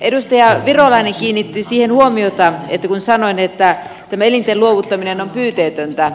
edustaja virolainen kiinnitti siihen huomiota kun sanoin että tämä elinten luovuttaminen on pyyteetöntä